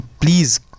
please